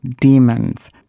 demons